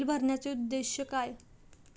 Bill भरण्याचे उद्देश काय?